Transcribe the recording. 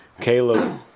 Caleb